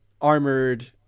armored